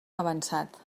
avançat